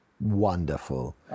Wonderful